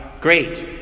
Great